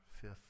fifth